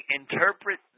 interpret